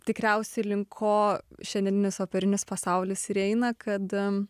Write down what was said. tikriausiai link ko šiandieninis operinis pasaulis ir eina kad